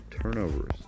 turnovers